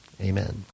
amen